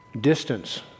Distance